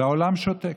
והעולם שותק.